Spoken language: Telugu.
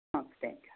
థ్యాంక్ యు అండి